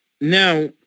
now